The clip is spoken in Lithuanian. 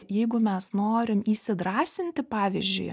jeigu mes norim įsidrąsinti pavyzdžiui